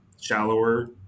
shallower